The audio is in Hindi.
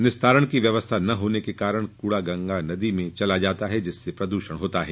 निस्तारण की व्यवस्था नहीं होने के कारण कूड़ा गंगा नदी में चला जाता है जिससे प्रद्षण होता है